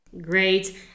Great